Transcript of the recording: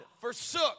forsook